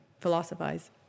philosophize